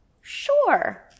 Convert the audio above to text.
Sure